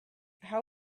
how